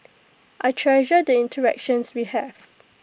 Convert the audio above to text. I treasure the interactions we have